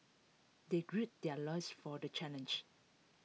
they gird their loins for the challenge